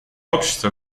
общества